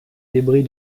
débris